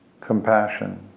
compassion